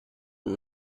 und